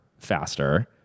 Faster